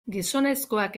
gizonezkoak